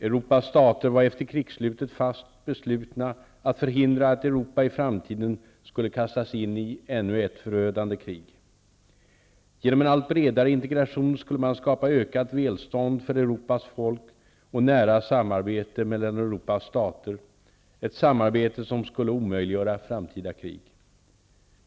Europas stater var efter krigsslutet fast beslutna att förhindra att Europa i framtiden skulle kastas in i ännu ett förödande krig. Genom en allt bredare integration skulle man skapa ökat välstånd för Europas folk och nära samarbete mellan Europas stater, ett samarbete som skulle omöjliggöra framtida krig.